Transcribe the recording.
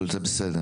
אבל זה בסדר.